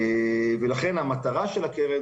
אחת מהמטרות של הקרן,